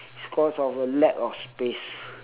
it's cause of a lack of space